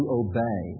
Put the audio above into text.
obey